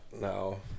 No